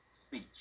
speech